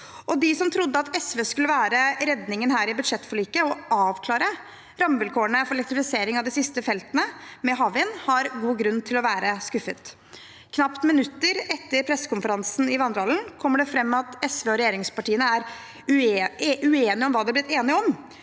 De som trodde at SV skulle være redningen her i budsjettforliket og avklare rammevilkårene for elektrifisering av de siste feltene med havvind, har god grunn til å være skuffet. Knapt minutter etter pressekonferansen i vandrehallen kommer det fram at SV og regjeringspartiene er uenige om hva de er blitt enige om.